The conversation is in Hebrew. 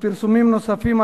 ופרסומים נוספים,